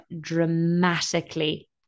dramatically